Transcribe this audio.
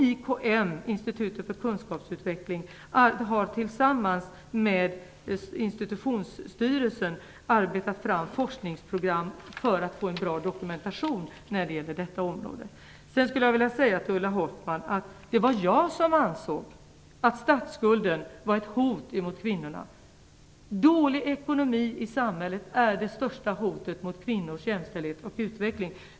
IKM, Institutet för kunskapsutveckling, har tillsammans med institutionsstyrelsen arbetat fram forskningsprogram för att få en bra dokumentation på detta område. Till Ulla Hoffmann skulle jag vilja säga att det var jag som ansåg att statsskulden var ett hot mot kvinnorna. Dålig ekonomi i samhället är det största hotet mot kvinnors jämställdhet och utveckling.